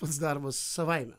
pats darbas savaime